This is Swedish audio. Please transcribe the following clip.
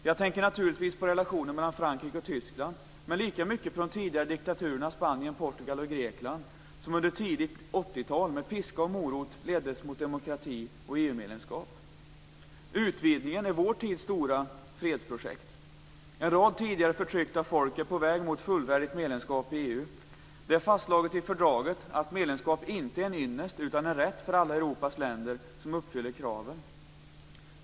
Jag tänker naturligtvis på relationen mellan Frankrike och Tyskland, men lika mycket på de tidigare diktaturerna i Spanien, Portugal och Grekland som under tidigt 80-tal med piska och morot leddes mot demokrati och Utvidgningen är vårt tids stora fredsprojekt. En rad tidigare förtryckta folk är på väg mot fullvärdigt medlemskap i EU. Det är fastslaget i fördraget att medlemskap inte är en ynnest utan en rätt för alla Europas länder som uppfyller kraven.